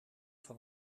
van